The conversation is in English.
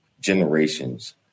generations